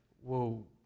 whoa